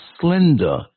slender